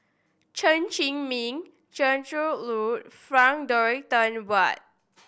Chen Zhiming Zainudin Nordin Frank Dorrington Ward